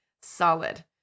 solid